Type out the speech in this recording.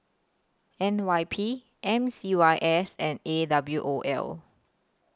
N Y P M C Y S and A W O L